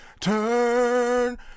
Turn